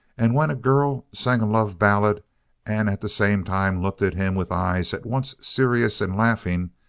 and when a girl sang a love ballad and at the same time looked at him with eyes at once serious and laughing,